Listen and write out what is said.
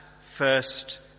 first